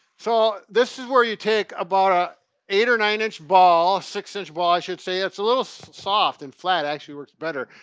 so, this is where you take about a eight or nine-inch ball, six inch ball i should say. it's a little soft and flat, actually works better.